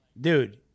dude